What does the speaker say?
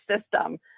system